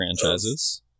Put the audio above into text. franchises